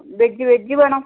veg veg വേണം